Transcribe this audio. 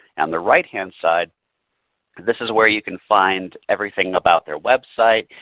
and the right-hand side this is where you can find everything about their website.